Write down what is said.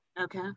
Okay